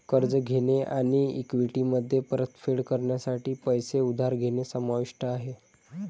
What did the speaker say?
कर्ज घेणे आणि इक्विटीमध्ये परतफेड करण्यासाठी पैसे उधार घेणे समाविष्ट आहे